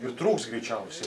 ir trūks greičiausiai